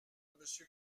monsieur